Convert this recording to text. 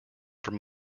from